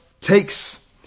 takes